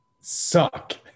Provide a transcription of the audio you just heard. suck